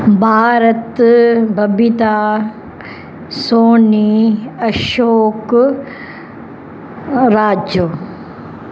भारत बबिता सोनी अशोक अ राजू